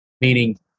Meaning